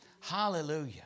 Hallelujah